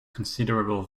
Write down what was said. considerable